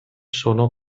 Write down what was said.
sono